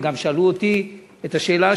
וגם שאלו אותי את השאלה,